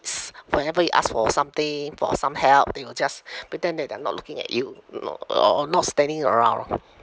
whenever you ask for something for some help they will just pretend that they're not looking at you no or or not standing around